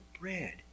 bread